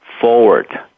forward